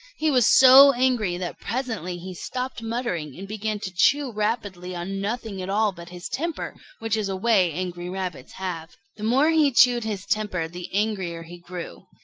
he was so angry that presently he stopped muttering and began to chew rapidly on nothing at all but his temper, which is a way angry rabbits have. the more he chewed his temper, the angrier he grew.